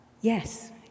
Yes